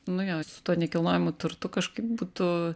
nu jo su tuo nekilnojamu turtu kažkaip būtų